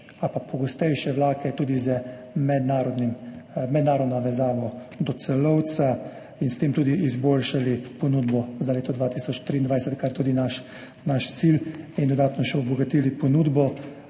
ali pa pogostejše vlake tudi z mednarodno povezavo do Celovca. S tem bi izboljšali tudi ponudbo za leto 2023, kar je tudi naš cilj, in še dodatno obogatili ponudbo,